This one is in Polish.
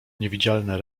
niewidzialne